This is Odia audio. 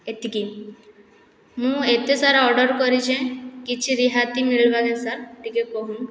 ଏତିକି ମୁଁ ଏତେ ସାରା ଅର୍ଡ଼ର କରିଛେଁ କିଛି ରିହାତି ମିଳବାକେ ସାର୍ ଟିକେ କହୁନ